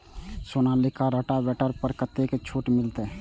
Sonalika rotavator पर कतेक छूट मिलते?